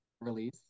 release